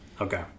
Okay